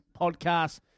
podcast